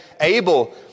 Abel